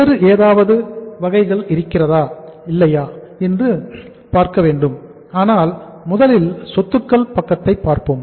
வேறு ஏதாவது வகைகள் இருக்கிறதா இல்லையா என்று பார்க்க வேண்டும் ஆனால் முதலில் சொத்துக்கள் பக்கத்தை பார்ப்போம்